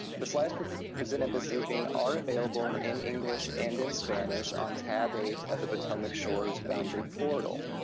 the slides presented presented this evening are available in english and in spanish on tab eight of the potomac shores boundary portal.